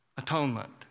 atonement